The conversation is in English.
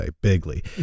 bigly